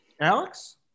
Alex